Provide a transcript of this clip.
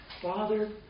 Father